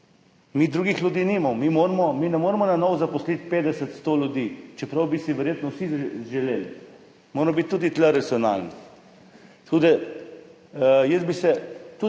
mi drugih ljudi nimamo. Mi ne moremo na novo zaposliti 50, 100 ljudi, čeprav bi si verjetno to vsi želeli, moramo biti tudi tu racionalni. Tudi jaz bi bil